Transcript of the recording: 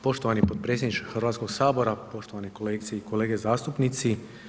Poštovani potpredsjedniče Hrvatskog sabora, poštovane kolegice i kolege zastupnici.